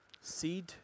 Seed